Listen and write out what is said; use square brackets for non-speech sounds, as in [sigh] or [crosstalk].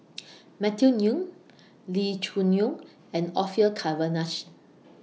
[noise] Matthew Ngui [noise] Lee Choo Neo and Orfeur Cavenagh [noise]